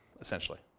essentially